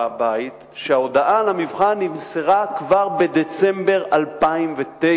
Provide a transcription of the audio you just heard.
אני רוצה לומר לבית שההודעה על המבחן נמסרה כבר בדצמבר 2009,